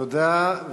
תודה.